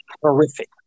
horrific